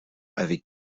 avec